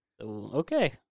Okay